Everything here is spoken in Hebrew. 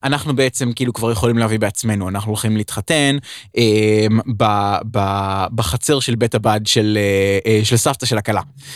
אנחנו בעצם כאילו כבר יכולים להביא בעצמנו, אנחנו הולכים להתחתן בחצר של בית הבד של סבתא של הכלה.